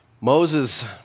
Moses